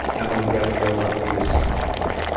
emily gabrielle rodrigues.